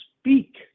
speak